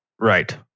Right